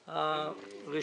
נמנעים,